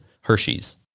Hershey's